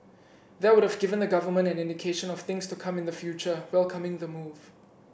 that would've given the Government an indication of things to come in the future welcoming the move